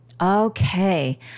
Okay